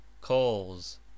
calls